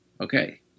okay